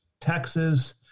Texas